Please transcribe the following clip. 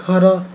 ଘର